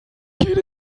geht